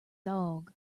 dog